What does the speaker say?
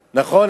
נכון?